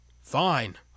Fine